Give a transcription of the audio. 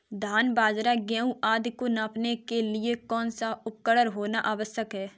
धान बाजरा गेहूँ आदि को मापने के लिए कौन सा उपकरण होना आवश्यक है?